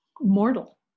mortal